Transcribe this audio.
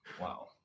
Wow